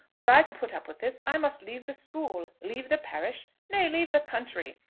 were i to put up with this i must leave the school, leave the parish nay, leave the country.